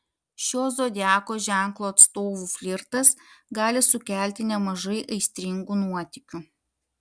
šio zodiako ženklo atstovų flirtas gali sukelti nemažai aistringų nuotykių